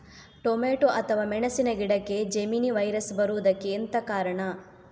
Tomato ಅಥವಾ ಮೆಣಸಿನ ಗಿಡಕ್ಕೆ ಜೆಮಿನಿ ವೈರಸ್ ಬರುವುದಕ್ಕೆ ಎಂತ ಕಾರಣ?